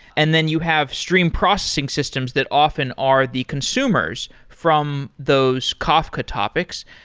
and then you have stream processing systems that often are the consumers from those kafka topics,